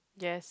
yes